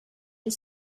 les